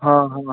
हा हा हा